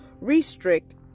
restrict